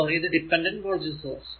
sorry ഇത് voltage source